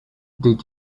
did